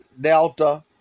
delta